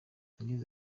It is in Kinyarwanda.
yagize